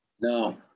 No